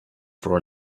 for